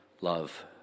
love